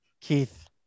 Keith